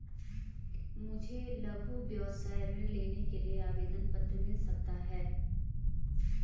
मुझे लघु व्यवसाय ऋण लेने के लिए आवेदन पत्र मिल सकता है?